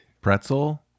pretzel